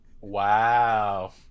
Wow